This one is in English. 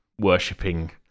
worshipping